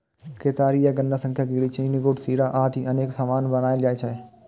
केतारी या गन्ना सं चीनी, गुड़, शीरा आदि अनेक सामान बनाएल जाइ छै